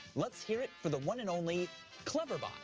let's hear it for the one and only cleverbot.